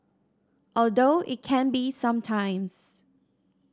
although it can be some times